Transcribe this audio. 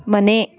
ಮನೆ